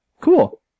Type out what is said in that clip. Cool